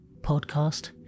podcast